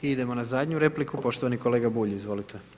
Idemo na zadnju repliku, poštovani kolega Bulj, izvolite.